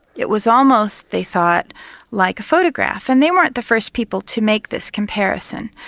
it was almost they thought like a photograph and they weren't the first people to make this comparison.